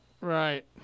Right